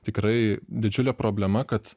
tikrai didžiulė problema kad